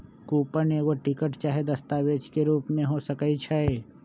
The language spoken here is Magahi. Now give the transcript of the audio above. कूपन एगो टिकट चाहे दस्तावेज के रूप में हो सकइ छै